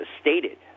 stated